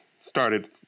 started